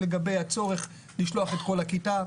לגבי הצורך לשלוח את כל הכיתה,